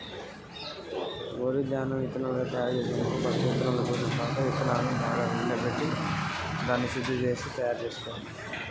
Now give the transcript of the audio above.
వరి ధాన్యము మళ్ళీ విత్తనాలు గా మార్చడానికి ఏం చేయాలి ఏ విధంగా నిల్వ చేయాలి?